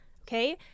Okay